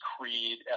creed